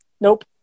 nope